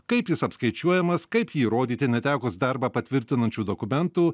kaip jis apskaičiuojamas kaip jį įrodyti netekus darbą patvirtinančių dokumentų